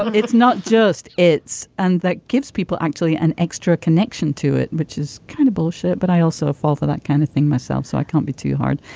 but it's not just it's and that gives people actually an extra connection to it which is kind of bullshit. but i also fall for that kind of thing myself. so i can't be too hard.